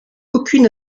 aucune